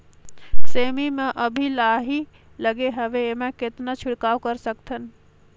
सेमी म अभी लाही लगे हवे एमा कतना छिड़काव कर सकथन?